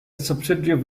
subsidiary